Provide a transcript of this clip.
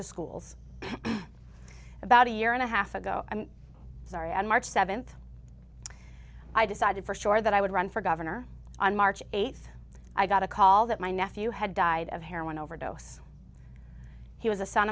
to schools about a year and a half ago i'm sorry and march seventh i decided for sure that i would run for governor on march eighth i got a call that my nephew had died of a heroin overdose he was a son